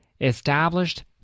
established